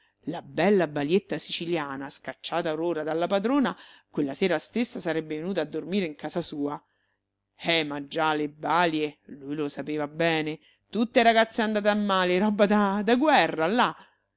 la bella balietta siciliana scacciata or ora dalla padrona quella sera stessa sarebbe venuta a dormire in casa sua eh ma già le balie lui lo sapeva bene tutte ragazze andate a male roba da da guerra là